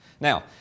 Now